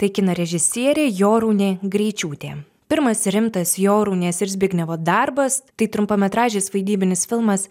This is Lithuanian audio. tai kino režisierė jorūnė greičiūtė pirmas rimtas jorūnės ir zbignevo darbas tai trumpametražis vaidybinis filmas